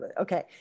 okay